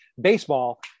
baseball